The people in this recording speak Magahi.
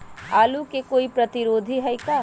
आलू के कोई प्रतिरोधी है का?